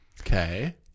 Okay